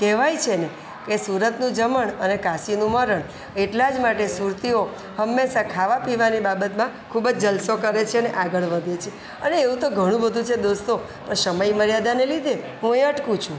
કહેવાય છે ને કે સુરતનું જમણ અને કાશીનું મરણ એટલા જ માટે સુરતીઓ હંમેશા ખાવા પીવાની બાબતમાં ખૂબ જ જલસો કરે છે અને આગળ વધે છે અને એવું તો ઘણું બધું છે દોસ્તો પણ સમય મર્યાદાને લીધે હું અહીંયા અટકું છું